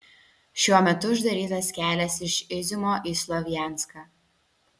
šiuo metu uždarytas kelias iš iziumo į slovjanską